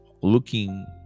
looking